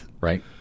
Right